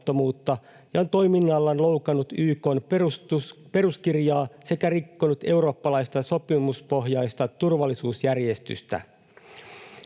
ja toiminnallaan se on loukannut YK:n peruskirjaa sekä rikkonut eurooppalaista sopimuspohjaista turvallisuusjärjestystä.